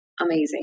amazing